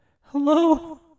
Hello